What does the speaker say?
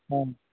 आम